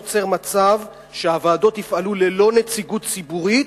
זה יוצר מצב שהוועדות יפעלו ללא נציגות ציבורית,